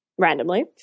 Randomly